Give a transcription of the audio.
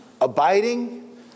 abiding